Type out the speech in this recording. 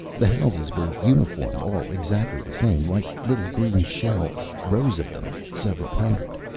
the houses were uniform, all exactly the same. like little green shells, rows of them, several hundred.